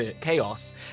chaos